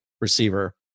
receiver